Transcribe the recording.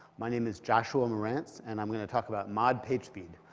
my name is joshua marantz and i'm going to talk about mod pagespeed,